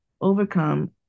overcome